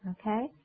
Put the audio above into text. Okay